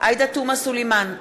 עאידה תומא סלימאן,